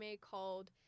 called